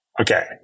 Okay